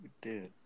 Dude